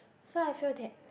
so I feel that